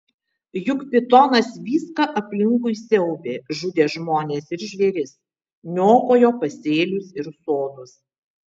juk pitonas viską aplinkui siaubė žudė žmones ir žvėris niokojo pasėlius ir sodus